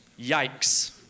yikes